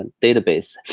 and database.